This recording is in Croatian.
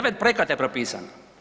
9 projekata je propisano.